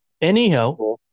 Anyhow